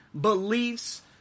beliefs